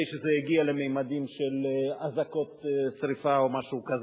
שזה הגיע לממדים של אזעקות שרפה או משהו כזה.